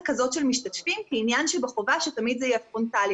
כזאת של משתתפים כעניין שבחובה שתמיד זה יהיה פרונטאלי.